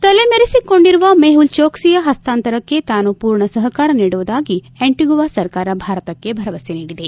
ತಲೆಮರಿಸಿಕೊಂಡಿರುವ ಮೆಹೂಲ್ ಜೋಕ್ಲಿಯ ಪಸ್ತಾಂತರಕ್ಕೆ ತಾನು ಪೂರ್ಣ ಸಹಕಾರ ನೀಡುವುದಾಗಿ ಅಂಟಿಗುವಾ ಸರ್ಕಾರ ಭಾರತಕ್ಕೆ ಭರವಸೆ ನೀಡಿದೆ